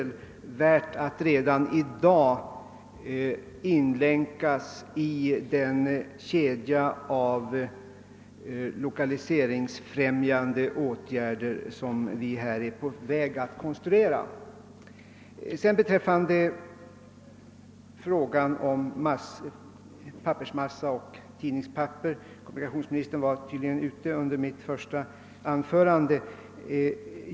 Det finns anledning betona värdet av att redan i dag inlemma flygtransporterna i den arsenal av lokaliseringsfrämjande åtgärder som vi håller på att bygga upp. kontra tidningspapper vill jag vidare säga att kommunikationsministern tydligen inte var närvarande i kammaren under mitt första anförande.